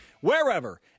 wherever